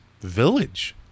village